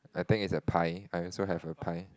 I think it's a pie I also have a pie